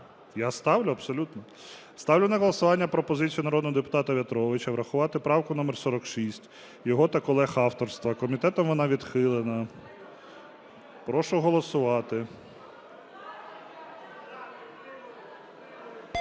Я ставлю, абсолютно. Ставлю на голосування пропозицію народного депутата В'ятровича врахувати правку номер 46, його та колег авторства. Комітетом вона відхилена. Прошу голосувати.